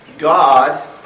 God